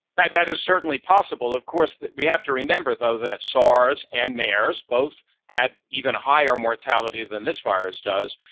that that is certainly possible. of course, we have to remember, though, that sars and mers both had even higher mortality than this virus does,